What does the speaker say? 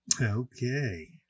Okay